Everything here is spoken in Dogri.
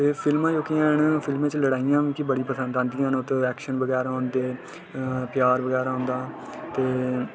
ते फिल्मां जोह्कियां ऐ न उं'दे च लड़ाइयां मिगी बड़ियां पसंद औंदियां न ऐक्शन बगैरा होंदे प्यार बगैरा होंदा ते